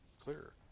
clearer